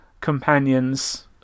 companions